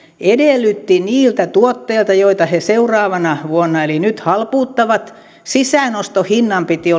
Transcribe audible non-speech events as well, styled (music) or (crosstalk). edellytti niiltä tuotteilta joita he seuraavana vuonna eli nyt halpuuttavat että sisäänostohinnan piti (unintelligible)